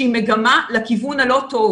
שהיא מגמה לכיוון הלא טוב,